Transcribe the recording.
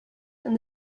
and